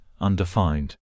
undefined